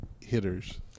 hitters